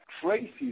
crazy